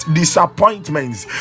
disappointments